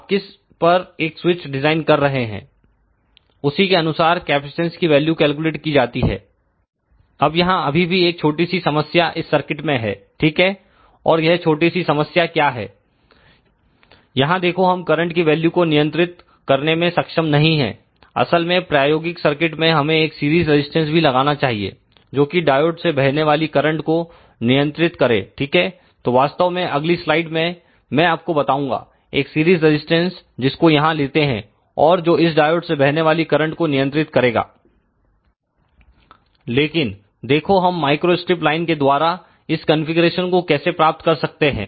आप किस पर एक स्विच डिजाइन कर रहे हैं उसी के अनुसार कैपेसिटेंस की वैल्यू कैलकुलेट की जाती है अब यहां अभी भी एक छोटी सी समस्या इस सर्किट में है ठीक है और यह छोटी सी समस्या क्या है यहां देखो हम करंट की वैल्यू को नियंत्रित करने में सक्षम नहीं है असल में प्रायोगिक सर्किट में हमें एक सीरीज रजिस्टेंस भी लगाना चाहिए जोकि डायोड से बहने वाली करंट को नियंत्रित करें ठीक है तो वास्तव में अगली स्लाइड में मैं आपको बताऊंगा एक सीरीज रजिस्टेंस जिसको यहां लेते हैं और जो इस डायोड से बहने वाली करंट को नियंत्रित करेगा लेकिन देखो हम माइक्रोस्ट्रिप लाइन के द्वारा इस कॉन्फ़िगरेशन को कैसे प्राप्त कर सकते हैं